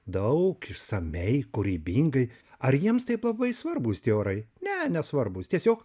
daug išsamiai kūrybingai ar jiems taip labai svarbūs tie orai ne nesvarbūs tiesiog